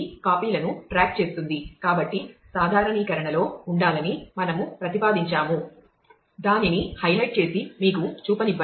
కాబట్టి సాధారణీకరణలో ఉండాలని మనము ప్రతిపాదించాము దానిని హైలైట్ చేసి మీకు చూపించనివ్వండి